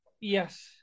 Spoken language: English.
Yes